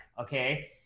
okay